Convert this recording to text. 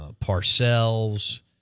Parcells